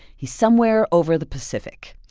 he's somewhere over the pacific,